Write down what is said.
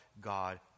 God